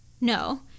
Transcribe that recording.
no